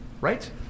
right